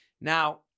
Now